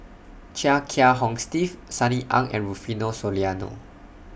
Chia Kiah Hong Steve Sunny Ang and Rufino Soliano